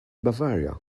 bavaria